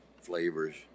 flavors